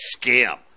scam